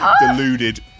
Deluded